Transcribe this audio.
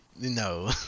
no